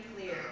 clear